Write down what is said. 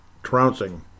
Trouncing